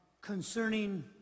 concerning